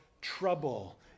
trouble